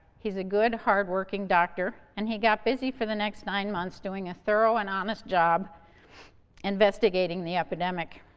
he's a good, hard-working doctor, and he got busy for the next nine months doing a thorough and honest job investigating the epidemic.